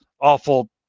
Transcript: awful